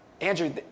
Andrew